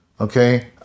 okay